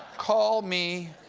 call me,